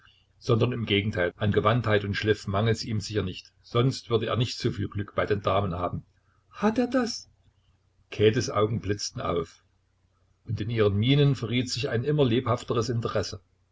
sondern im gegenteil an gewandtheit und schliff mangelt's ihm sicher nicht sonst würde er nicht soviel glück bei den damen haben hat er das käthes augen blitzten auf und in ihren mienen verriet sich ein immer lebhafteres interesse